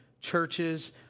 churches